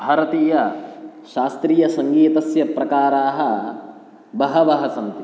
भारतीयशास्त्रीसङ्गीतस्य प्रकाराः बहवः सन्ति